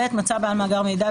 (ב) מצא בעל מאגר מידע,